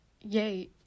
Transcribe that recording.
yay